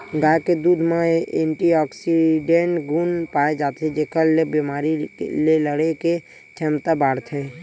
गाय के दूद म एंटीऑक्सीडेंट गुन पाए जाथे जेखर ले बेमारी ले लड़े के छमता बाड़थे